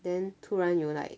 then 突然有 like